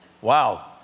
Wow